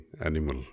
animal